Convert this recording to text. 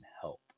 help